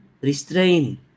restrain